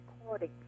recording